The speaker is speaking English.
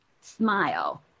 Smile